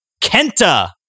Kenta